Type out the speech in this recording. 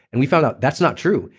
and we found out that's not true.